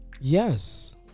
yes